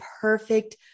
perfect